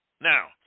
Now